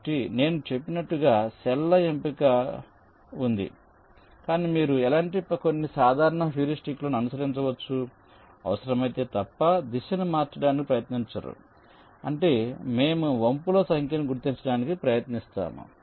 కాబట్టి నేను చెప్పినట్లుగా సెల్ ల ఎంపిక ఉంది కానీ మీరు మీలాంటి కొన్ని సాధారణ హ్యూరిస్టిక్లను అనుసరించవచ్చు అవసరమైతే తప్ప దిశను మార్చడానికి ప్రయత్నించరు అంటే మేము వంపుల సంఖ్యను తగ్గించడానికి ప్రయత్నిస్తాము